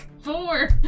Four